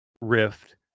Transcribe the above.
Rift